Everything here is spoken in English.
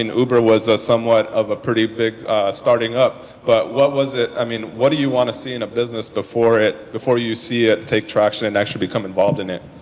uber was a somewhat of a pretty big starting up but what was it, i mean what do you want to see in a business before it, before you see it take traction and actually become involved in it?